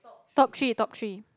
top three top three